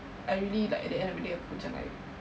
I really like at the end of the day aku macam like